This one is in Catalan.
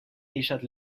deixat